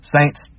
Saints